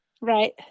Right